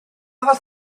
fath